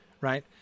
right